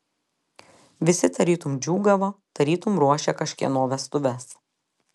visi tarytum džiūgavo tarytum ruošė kažkieno vestuves